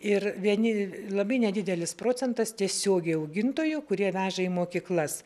ir vieni labai nedidelis procentas tiesiogiai augintojų kurie veža į mokyklas